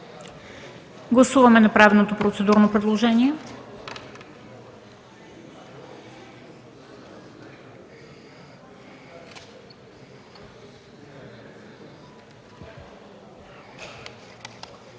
Гласуваме направеното процедурно предложение.